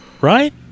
right